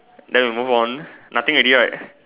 then we move on nothing already right